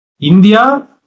India